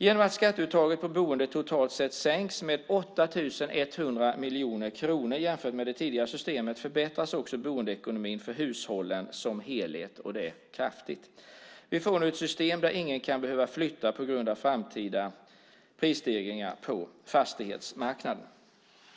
Genom att skatteuttaget på boendet totalt sett sänks med 8 100 miljoner kronor jämfört med det tidigare systemet förbättras också boendeekonomin för hushållen som helhet, och det kraftigt. Vi får nu ett system där ingen kommer att behöva flytta på grund av framtida prisstegringar på fastighetsmarknaden.